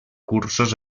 cursos